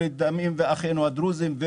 ברית דמים ואחינו הדרוזים.